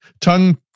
tongue